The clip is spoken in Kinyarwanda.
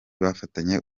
bafatanye